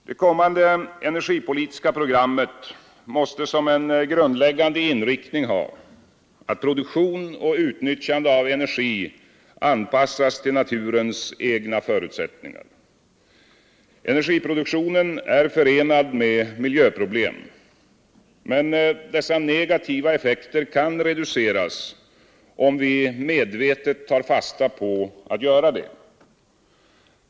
Det kommande energipolitiska programmet måste som en grundläggande inriktning ha att produktion och utnyttjande av energi anpassas till naturens egna förutsättningar. Energiproduktionen är förenad med miljöproblem. Men dessa negativa effekter kan reduceras, om vi medvetet tar fasta på att göra det.